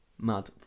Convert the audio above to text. Mad